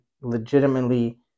legitimately